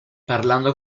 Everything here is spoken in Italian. parlando